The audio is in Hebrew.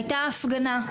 היתה הפגנה,